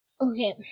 Okay